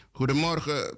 Goedemorgen